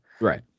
Right